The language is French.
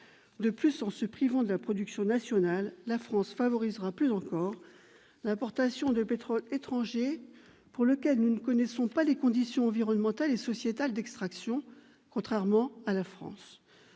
De plus, en se privant de sa production nationale, la France favorisera plus encore l'importation de pétrole étranger, dont nous ne connaissons pas les conditions environnementales et sociétales d'extraction, contrairement à ce